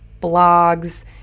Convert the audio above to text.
blogs